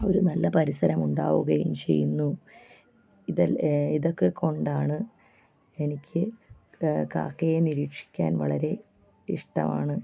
ഒരു നല്ല പരിസരം ഉണ്ടാവുകയും ചെയ്യുന്നു ഇതെ ഇതൊക്കെ കൊണ്ടാണ് എനിക്ക് കാക്കയെ നിരീക്ഷിക്കാൻ വളരെ ഇഷ്ട്ടമാണ്